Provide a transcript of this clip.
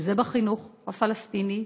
וזה בחינוך הפלסטיני.